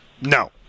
No